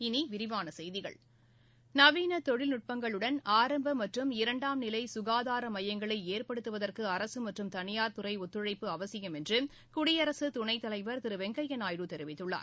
இனி விரிவான செய்திகள் நவீன தொழில் நுட்பங்களுடன் ஆரம்ப மற்றும் இரண்டாம் நிலை சுகாதார மையங்களை ஏற்படுத்துவதற்கு அரசு மற்றும் தனியார் துறை ஒத்துழைப்பு அவசியம் என்று குடியரசு துணைத்தலைவர் திரு வெங்கையா நாயுடு தெரிவித்துள்ளார்